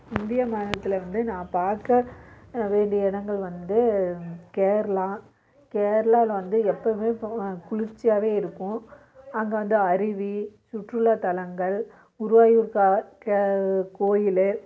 India மாநிலத்தில் வந்து நான் பார்க்க வேண்டியஇடங்கள் வந்து கேரளா கேரளாவில் வந்து எப்போவுமே போ குளிர்ச்சியாகவே இருக்கும் அங்கே வந்து அருவி சுற்றுலாத்தலங்கள் குருவாயூர் கோயில்